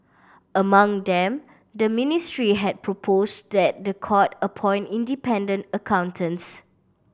among them the ministry had proposed that the court appoint independent accountants